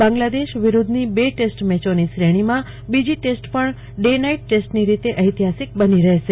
બાં ગ્લાદશ વિરૂધ્ધની બે ટેસ્ટ મેચોની શ્રણીમાં બી જી ટેસ્ટ પણ ડ નાઇટ ટેસ્ટની ર ોતે એતિહાસિક બની રહશે